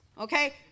Okay